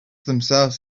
themselves